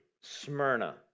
Smyrna